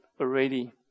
already